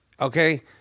okay